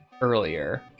earlier